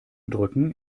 drücken